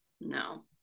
No